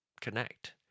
connect